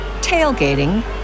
tailgating